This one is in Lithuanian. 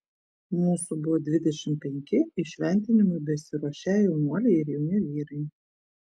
mūsų buvo dvidešimt penki įšventinimui besiruošią jaunuoliai ir jauni vyrai